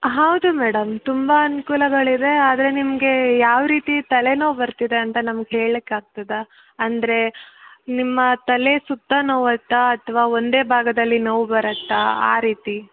ಹೌದು ಮೇಡಮ್ ತುಂಬ ಅನುಕೂಲಗಳಿದೆ ಆದರೆ ನಿಮಗೆ ಯಾವ ರೀತಿ ತಲೆನೋವು ಬರ್ತಿದೆ ಅಂತ ನಮ್ಗೆ ಹೇಳ್ಲಿಕ್ಕೆ ಆಗ್ತದ ಅಂದರೆ ನಿಮ್ಮ ತಲೆ ಸುತ್ತ ನೋಯತ್ತಾ ಅಥವಾ ಒಂದೇ ಭಾಗದಲ್ಲಿ ನೋವು ಬರುತ್ತಾ ಆ ರೀತಿ